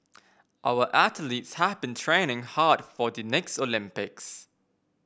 our athletes have been training hard for the next Olympics